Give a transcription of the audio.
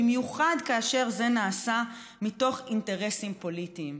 כאשר זה נעשה מתוך אינטרסים פוליטיים.